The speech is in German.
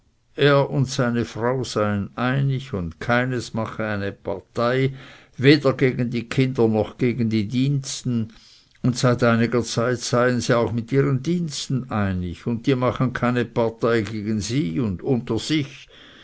er und seine frau seien einig und keins mache eine partei weder gegen die kinder noch gegen die diensten und seit einiger zeit seien sie auch mit ihren diensten einig und die machen keine partei gegen sie unter sich